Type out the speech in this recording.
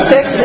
Six